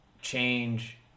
change